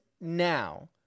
now